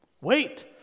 Wait